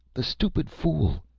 the stupid fool.